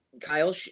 Kyle